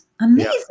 Amazing